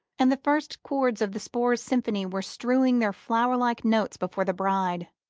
and the first chords of the spohr symphony were strewing their flower-like notes before the bride.